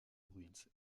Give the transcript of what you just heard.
bruins